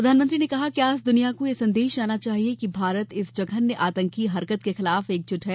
प्रधानमंत्री ने कहा कि आज दुनिया को यह संदेश जाना चाहिए कि भारत इस जघन्यर आतंकी हरकत के खिलाफ एकजुट है